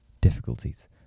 difficulties